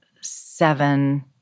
seven